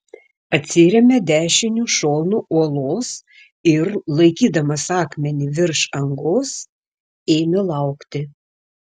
atsirėmė dešiniu šonu uolos ir laikydamas akmenį virš angos ėmė laukti